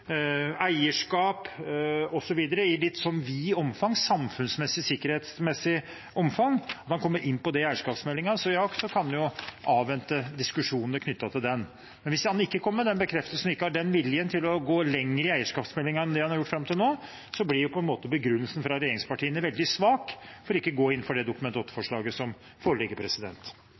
eierskap osv. – i litt vidt omfang, samfunnssikkerhetsmessig omfang, så kan en jo avvente diskusjonene knyttet til den. Men hvis han ikke kommer med den bekreftelsen og ikke har vilje til å gå lenger i eierskapsmeldingen enn det han har gjort fram til nå, blir på en måte begrunnelsen fra regjeringspartiene veldig svak for ikke å gå inn for det Dokument 8-forslaget som foreligger.